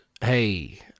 hey